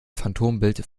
phantombild